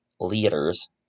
leaders